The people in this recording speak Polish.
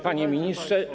Panie Ministrze!